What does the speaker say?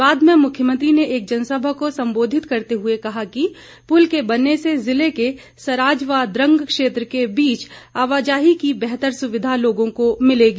बाद में मुख्यमंत्री ने एक जनसभा को सम्बोधित करते हुए कहा कि पुल के बनने से जिले के सराज व द्रंग क्षेत्र के बीच आवाजाही की बेहतर सुविधा लोगों को मिलेगी